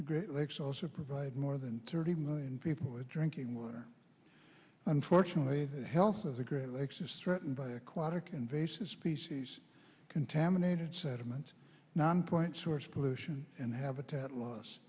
the great lakes also provide more than thirty million people with drinking water unfortunately the health of the great lakes is threatened by aquatic invasive species contaminated sediment non point source pollution and habitat l